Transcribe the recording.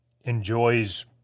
enjoys